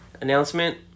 announcement